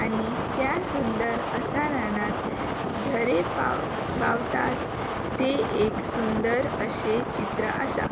आनी त्या सुंदर असा रानांत झरे पाव व्हांवतात ते एक सुंदर अशे चित्र आसा